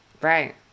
right